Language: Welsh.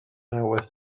newydd